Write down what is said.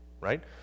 right